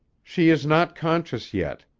she is not conscious yet.